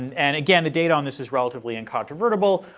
and again, the data on this is relatively incontrovertible.